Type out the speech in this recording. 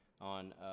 on –